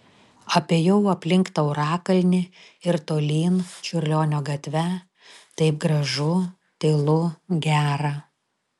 apėjau aplink taurakalnį ir tolyn čiurlionio gatve taip gražu tylu gera